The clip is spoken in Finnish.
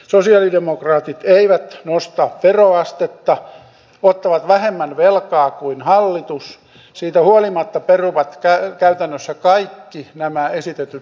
sosialidemokraatit eivät nosta veroastetta ottavat vähemmän velkaa kuin hallitus siitä huolimatta peruvat käy käytännössä kaikki nämä esitetyt